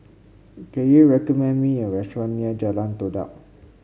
can you recommend me a restaurant near Jalan Todak